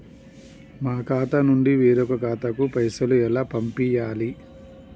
మా ఖాతా నుండి వేరొక ఖాతాకు పైసలు ఎలా పంపియ్యాలి?